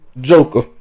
Joker